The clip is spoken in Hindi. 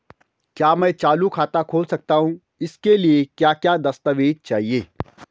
क्या मैं चालू खाता खोल सकता हूँ इसके लिए क्या क्या दस्तावेज़ चाहिए?